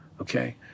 Okay